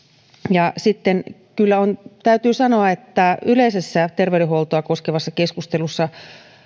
ja kyllä täytyy sanoa että yleisessä terveydenhuoltoa koskevassa keskustelussa